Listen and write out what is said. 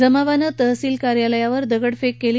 जमावानं तहसील कार्यालयावर दगडफेक केली